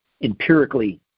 empirically